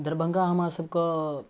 दरभंगा हमरा सबके